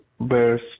verse